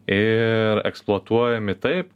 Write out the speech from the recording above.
ir eksploatuojami taip